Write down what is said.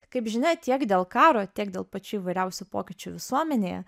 kaip žinia tiek dėl karo tiek dėl pačių įvairiausių pokyčių visuomenėje